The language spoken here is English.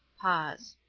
pause.